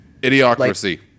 idiocracy